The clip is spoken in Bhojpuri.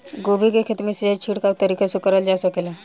गोभी के खेती में सिचाई छिड़काव तरीका से क़रल जा सकेला?